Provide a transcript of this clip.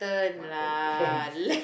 mutton lamb